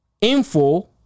info